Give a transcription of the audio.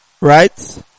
right